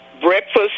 breakfast